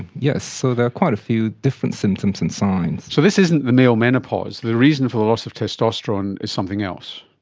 yes, so there are quite a few different symptoms and signs. so this isn't the male menopause. the reason for the loss of testosterone is something else.